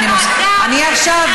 אני עכשיו,